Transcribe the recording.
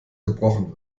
gebrochen